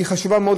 היא חשובה מאוד,